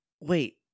wait